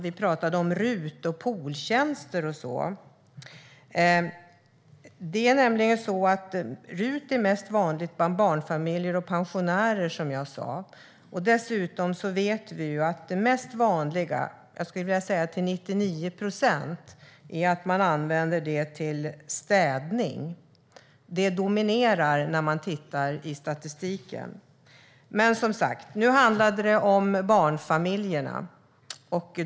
Vi talade om RUT, pooltjänster och sådant. RUT är mest vanligt bland barnfamiljer och pensionärer, som jag sa. Dessutom vet vi att det mest vanliga är - jag skulle vilja säga till 99 procent - att de använder det till städning. Det dominerar när man tittar i statistiken. Nu handlade det om barnfamiljerna.